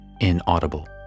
inaudible